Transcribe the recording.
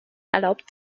erlaubt